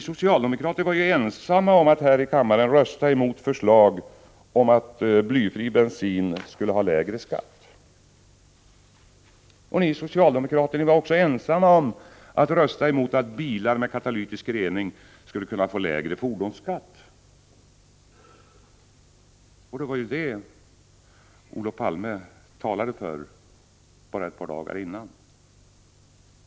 Socialdemokraterna var ensamma om att här i kammaren rösta emot förslag om att blyfri bensin skulle kunna ha lägre skatt. Socialdemokraterna var också ensamma om att rösta emot att bilar med katalytisk rening skulle få lägre fordonsskatt. Det var ju det Olof Palme talade för bara ett par dagar innan.